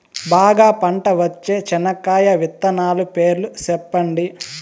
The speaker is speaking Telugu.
బాగా పంట వచ్చే చెనక్కాయ విత్తనాలు పేర్లు సెప్పండి?